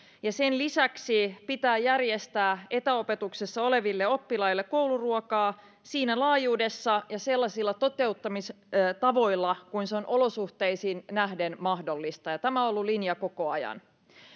ja sen lisäksi pitää järjestää etäopetuksessa oleville oppilaille kouluruokaa siinä laajuudessa ja sellaisilla toteuttamistavoilla kuin on olosuhteisiin nähden mahdollista ja tämä on ollut linja koko ajan